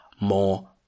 more